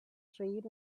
street